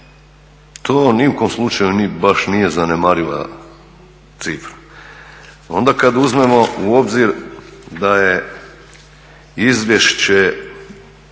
To ni u kom slučaju baš nije zanemariva cifra. Onda kad uzmemo u obzir da je izvješće